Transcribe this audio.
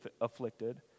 afflicted